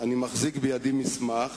אני מחזיק בידי מסמך